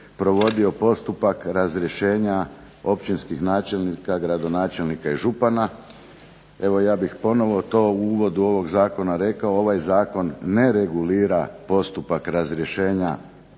provodio postupak razrješenja općinskih načelnika, gradonačelnika i župana. Evo ja bih ponovo to u uvodu ovog zakona rekao, ovaj zakon ne regulira postupak razrješenja